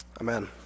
Amen